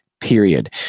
period